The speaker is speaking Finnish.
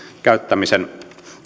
käyttämisen